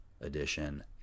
edition